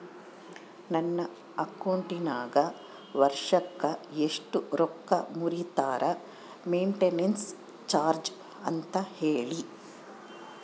ನನ್ನ ಅಕೌಂಟಿನಾಗ ವರ್ಷಕ್ಕ ಎಷ್ಟು ರೊಕ್ಕ ಮುರಿತಾರ ಮೆಂಟೇನೆನ್ಸ್ ಚಾರ್ಜ್ ಅಂತ ಹೇಳಿ?